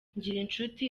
ngirinshuti